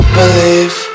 believe